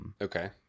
Okay